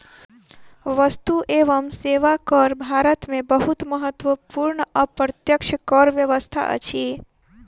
वस्तु एवं सेवा कर भारत में बहुत महत्वपूर्ण अप्रत्यक्ष कर व्यवस्था अछि